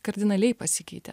kardinaliai pasikeitė